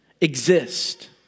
exist